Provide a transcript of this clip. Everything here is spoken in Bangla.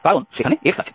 কারণ সেখানে x আছে